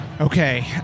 Okay